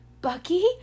Bucky